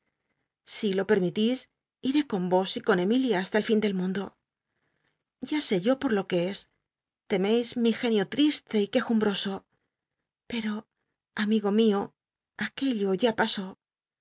si lo permitís iré con vos y con emilia hasta el fin del mundo ya só o por lo que es lcmeis mi genio triste y qucjumbt'o so pero amigo mio aquello ya pasó